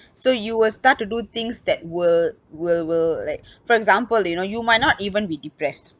so you will start to do things that will will will like for example you know you might not even be depressed